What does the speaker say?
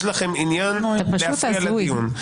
יש לכם עניין להפריע לדיון.